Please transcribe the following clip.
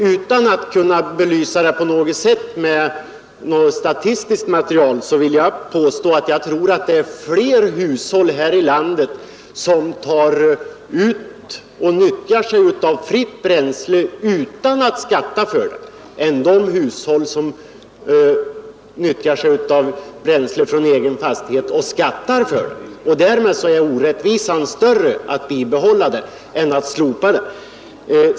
Utan att kunna belysa det med något statistiskt material vill jag påstå att det är fler hushåll här i landet som tar ut och nyttjar fritt bränsle utan att skatta för det än det är hushåll som nyttjar bränsle från egen fastighet och skattar för det. Därmed är orättvisan större om man bibehåller beskattningen än om man slopar den.